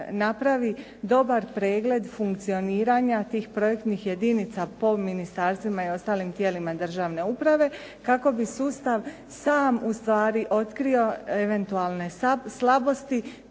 napravi dobar pregled funkcioniranja tih projektnih jedinica po ministarstvima i ostalim tijelima državne uprave kako bi sustav sam ustvari otkrio eventualne slabosti